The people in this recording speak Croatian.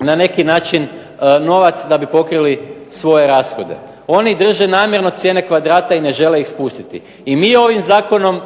na neki način novac da bi pokrili svoje rashode. Oni drže namjerno cijene kvadrata i ne žele ih spustiti. I mi ovim zakonom